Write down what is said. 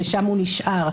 ושם הוא נשאר.